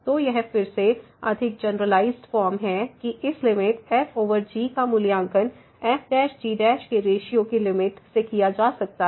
तो यह फिर से अधिक जनरलाइज्ड फॉर्म है कि इस लिमिट fg का मूल्यांकन f g के रेश्यो की लिमिट से किया जा सकता है